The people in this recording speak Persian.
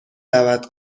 دعوت